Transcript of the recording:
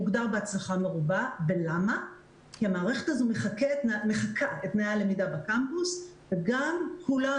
הוגדר כהצלחה מרובה כי המערכת הזו מחקה את תנאי הלמידה בקמפוס וגם כולם,